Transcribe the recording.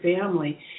family